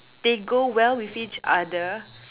they go well with each other